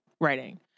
writing